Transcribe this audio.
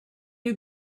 you